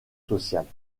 sociales